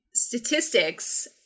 statistics